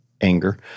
anger